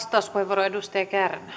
arvoisa rouva